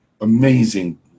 amazing